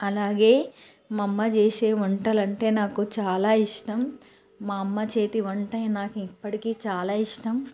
అలాగే మా అమ్మ చేసే వంటలు అంటే నాకు చాలా ఇష్టం మా అమ్మ చేతి వంట నాకు ఇప్పటికీ చాలా ఇష్టం